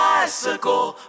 Bicycle